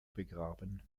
begraben